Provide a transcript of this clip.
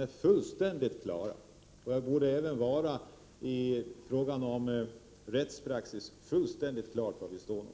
ett fullständigt klart svar. Även i fråga om rättspraxis borde det vara fullständigt klart var vi står.